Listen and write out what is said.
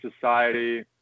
society